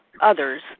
others